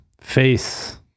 Face